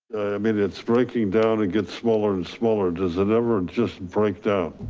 i mean, it's breaking down and gets smaller and smaller. does it ever just break down?